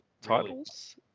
titles